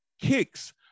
kicks